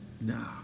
No